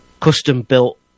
custom-built